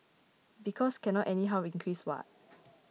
because cannot anyhow increase what